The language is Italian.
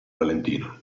valentino